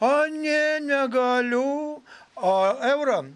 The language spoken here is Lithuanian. a ne negaliu o eurą